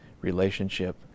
relationship